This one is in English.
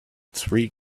three